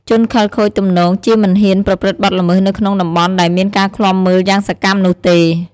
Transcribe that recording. ជនខិលខូចទំនងជាមិនហ៊ានប្រព្រឹត្តបទល្មើសនៅក្នុងតំបន់ដែលមានការឃ្លាំមើលយ៉ាងសកម្មនោះទេ។